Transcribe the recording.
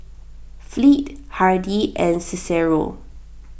Fleet Hardy and Cicero